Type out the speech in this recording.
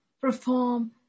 perform